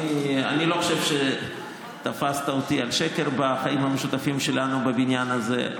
אני לא חושב שתפסת אותי על שקר בחיים המשותפים שלנו בבניין הזה.